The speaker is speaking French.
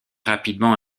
rapidement